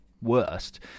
worst